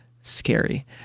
Scary